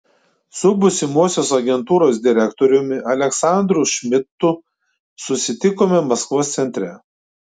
su būsimosios agentūros direktoriumi aleksandru šmidtu susitikome maskvos centre